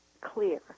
clear